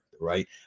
right